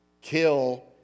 kill